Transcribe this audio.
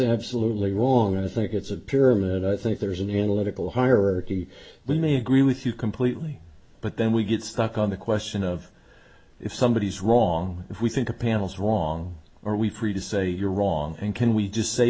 absolutely wrong i think it's a pyramid i think there's an analytical higher we may agree with you completely but then we get stuck on the question of if somebody is wrong if we think the panel's wrong or we produce say you're wrong and can we just say